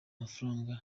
mafaranga